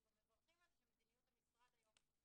אנחנו גם מברכים על זה שמדיניות המשרד היום היא